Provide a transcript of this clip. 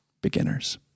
beginners